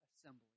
assembly